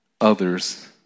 others